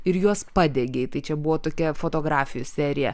ir juos padegei tai čia buvo tokia fotografijų serija